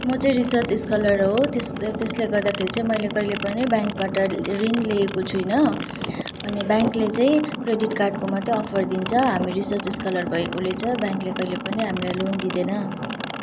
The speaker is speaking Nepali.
म चाहिँ रिसर्च स्कलर हो त्यस त्यसले गर्दाखेरि चाहिँ मैले कहिले पनि ब्याङ्कबाट रिन लिएको छुइनँ अनि ब्याङ्कले चाहिँ क्रेडिट कार्डको मात्रै अफर दिन्छ हामी रिसर्च स्कलर भएकोले चाहिँ ब्याङ्कले कहिले पनि हामीलाई लोन दिँदैन